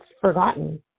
forgotten